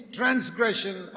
transgression